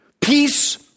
peace